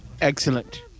Excellent